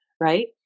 Right